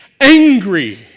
angry